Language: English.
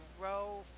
row